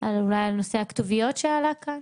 אולי על נושא הכתוביות שעלה כאן.